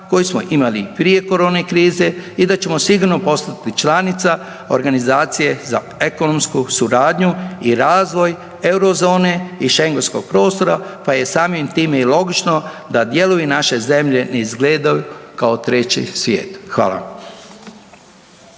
koji smo imali prije korona krize i da ćemo sigurno postati članica organizacije za ekonomsku suradnju i razvoj Eurozone i Schengenskog prostora pa je samim time i logično da djeluju naše zemlje i izgledaju kao treći svijet. Hvala.